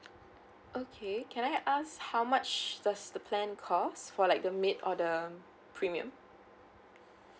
okay can I ask how much does the plan cost for like the mid or the premium